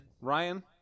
ryan